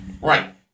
Right